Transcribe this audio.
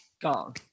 Gone